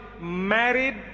married